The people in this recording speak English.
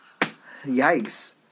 Yikes